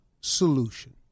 solution